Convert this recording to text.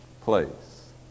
place